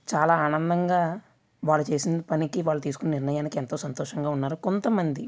చాలా ఆనందంగా వాళ్ళు చేసిన పనికి వాళ్ళు తీసుకున్న నిర్ణయానికి ఎంతో సంతోషంగా ఉన్నారు కొంతమంది